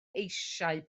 eisiau